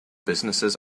businesses